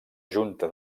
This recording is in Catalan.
junta